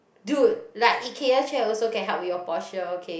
dude like Ikea chair also can help with your posture okay